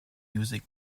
music